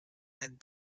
and